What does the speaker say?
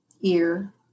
ear